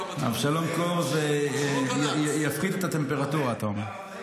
--- אבשלום קור יפחית את הטמפרטורה, אתה אומר.